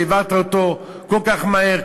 שהעברת אותו כל כך מהר,